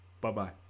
Bye-bye